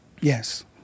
Yes